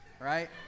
right